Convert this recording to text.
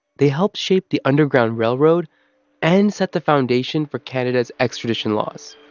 they helped shape the underground railroad and set the foundation for canada's extradition laws